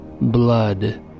Blood